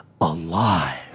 alive